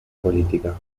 política